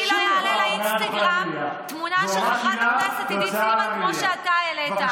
אני לא אעלה לאינסטגרם תמונה של חברת הכנסת עידית סילמן כמו שאתה העלית,